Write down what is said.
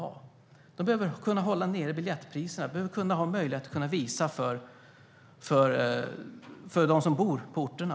De behöver kunna hålla nere biljettpriserna. De behöver ha möjlighet att visa film för dem som bor på orterna.